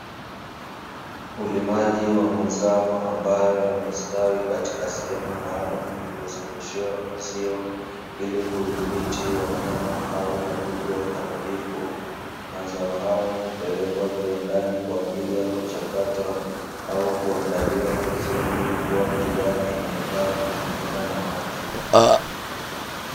Ulimaji wa mazao ambayo yamestawi katika sehemu maalumu iliyozungushiwa uzio ili kudhibiti wanyama au wadudu waharibifu. Mazao hayo kupelekwa viwandani kwa ajili ya kuchakatwa au kuandaliwa vizuri na kuwa bidhaa inayofaa kutumiwa na watu.